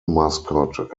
mascot